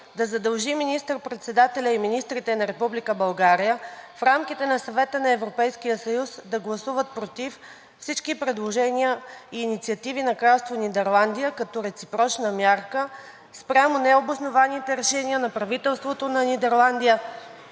да задължи председателя и министрите на Република България в рамките на Съвета на Европейския съюз да гласуват против всички предложения и инициативи на Кралство Нидерландия като реципрочна мярка спрямо необоснованите решения на правителството на Нидерландия